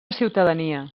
ciutadania